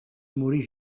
morir